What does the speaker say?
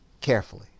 carefully